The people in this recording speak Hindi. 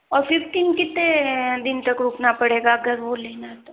और फिफ्टीन कितने दिन तक रुकना पड़ेगा अगर वो लेना है तो